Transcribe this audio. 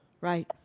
Right